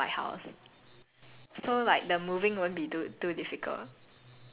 ya ya and like err it's not just any shophouse it's the shophouse near my house